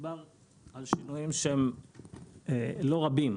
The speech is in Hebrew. מדובר על שינויים שהם לא רבים,